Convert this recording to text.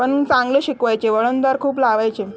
पण चांगले शिकवायचे वळणदार खूप लावायचे